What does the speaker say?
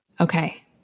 Okay